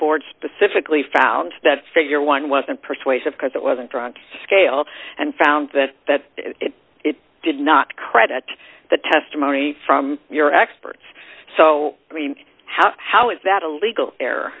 board specifically found that figure one wasn't persuasive because it wasn't drunk scale and found that that it did not credit the testimony from your experts so i mean how how is that a legal